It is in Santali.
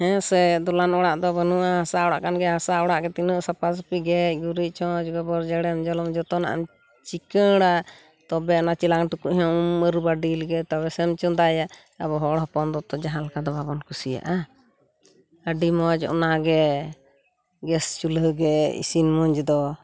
ᱦᱮᱸᱥᱮ ᱫᱚᱞᱟᱱ ᱚᱲᱟᱜ ᱫᱚ ᱵᱟᱹᱱᱩᱜᱼᱟ ᱦᱟᱥᱟ ᱚᱲᱟᱜ ᱠᱟᱱ ᱜᱮᱭᱟ ᱦᱟᱸᱥᱟ ᱚᱲᱟᱜ ᱜᱮ ᱛᱤᱱᱟᱹᱜ ᱥᱟᱯᱟᱥᱟᱯᱤ ᱜᱮᱡ ᱜᱩᱨᱤᱡ ᱪᱷᱚᱸᱡ ᱜᱚᱵᱚᱨ ᱡᱮᱨᱮᱲ ᱡᱚᱞᱚᱱ ᱡᱚᱛᱚᱱᱟᱜ ᱮᱢ ᱪᱤᱸᱠᱟᱹᱲᱟ ᱛᱚᱵᱮ ᱚᱱᱟ ᱪᱮᱞᱟᱝ ᱴᱩᱠᱩᱡ ᱦᱚᱸᱢ ᱟᱨᱩᱵᱟ ᱰᱤᱞ ᱜᱮ ᱛᱚᱵᱮ ᱥᱮᱢ ᱪᱚᱸᱫᱟᱭᱟ ᱟᱵᱚ ᱦᱚᱲ ᱦᱚᱯᱚᱱ ᱫᱚ ᱡᱟᱦᱟᱸ ᱞᱮᱠᱟ ᱫᱚ ᱵᱟᱵᱚᱱ ᱠᱩᱥᱤᱭᱟᱜᱼᱟ ᱟᱰᱤ ᱢᱚᱸᱡᱽ ᱚᱱᱟᱜᱮ ᱜᱮᱥ ᱪᱩᱞᱦᱟᱹᱜᱮ ᱤᱥᱤᱱ ᱢᱚᱸᱡᱽ ᱫᱚ